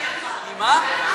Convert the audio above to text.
אם מה?